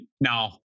Now